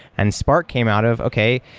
and spark came out of, okay.